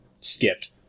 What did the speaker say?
skipped